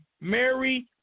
Mary